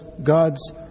God's